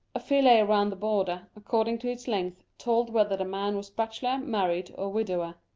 a fillet round the border, according to its length, told whether the man was bachelor, married, or widower.